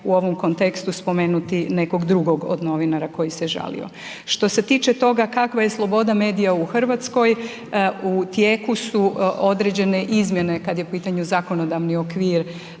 u ovom kontekstu spomenuti nekog drugog od novinara koji se žalio. Što se tiče toga kakva je sloboda medija u Hrvatskoj, u tijeku su određene izmjene kada je u pitanju zakonodavni okvir